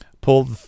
Pull